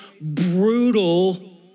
brutal